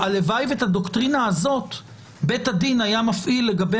הלוואי שאת הדוקטרינה הזאת בית הדין היה מפעיל לגבי